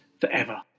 forever